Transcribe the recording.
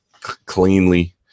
cleanly